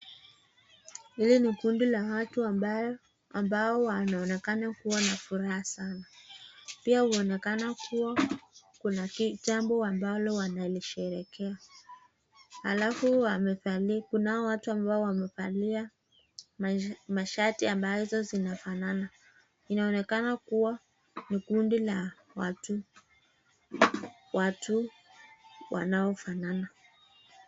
Hili ni kundi la watu ambao wanaonekana kuwa na furaha sana. Pia huonekana kuwa kuna jambo ambalo wanasherehekea. Alafu wamevalia kuna watu ambao wamevalia mashati ambazo zinafanana. Inaonekana kuwa ni kundi la watu watu wanaofanana.